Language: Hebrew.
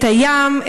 את הים,